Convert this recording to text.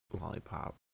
lollipop